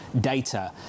data